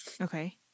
Okay